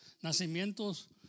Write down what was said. Nacimientos